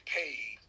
paid